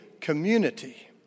community